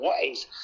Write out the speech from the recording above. ways